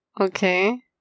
Okay